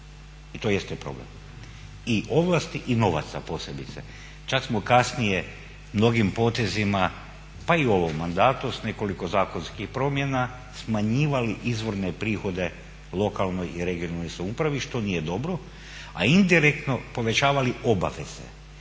i to jeste problem i ovlasti i novaca posebice. Čak smo kasnije mnogim potezima pa i u ovom mandatu s nekoliko zakonskih promjena smanjivali izvorne prihode lokalnoj i regionalnoj samoupravi što nije dobro, a indirektno povećavali obaveze,